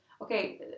Okay